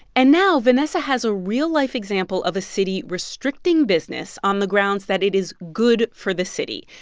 and now vanessa has a real-life example of a city restricting business on the grounds that it is good for the city.